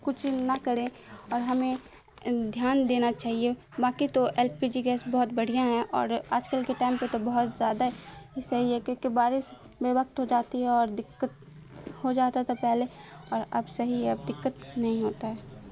کچھ نہ کیرں اور ہمیں دھیان دینا چاہیے باکی تو ایل پی جی گیس بہت بڑھیا ہے اور آج کل کے ٹائم پہ تو بہت زیادہ صحیح ہے کیونکہ بارس بے وقت ہو جاتی ہے اور دقت ہو جاتا تھا پہلے اور اب صحیح ہے اب دقت نہیں ہوتا ہے